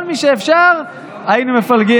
כל מי שאפשר, היינו מפלגים.